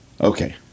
Okay